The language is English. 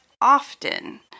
often